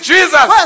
Jesus